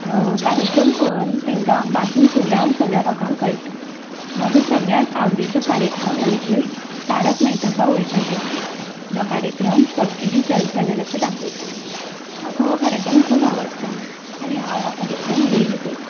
कार्यक्रम पळोवन तांकां बातमी सुद्दां सगळ्या लोकांक कळटा म्हजो सगळ्यांत आवडीचो कार्यक्रम म्हणचे तारक मेहता का उलटा चशमा जो कार्यक्रम सब टि व्ही चॅनलाचेर दाखयता म्हाका हो कार्यक्रम खूब आवडटा आनी हांव हो कार्यक्रम डेयली पळयतां